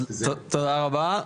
תודה רבה,